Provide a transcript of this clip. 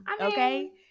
Okay